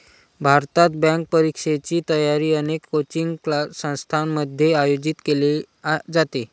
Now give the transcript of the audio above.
भारतात, बँक परीक्षेची तयारी अनेक कोचिंग संस्थांमध्ये आयोजित केली जाते